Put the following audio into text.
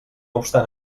obstant